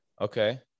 Okay